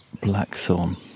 blackthorn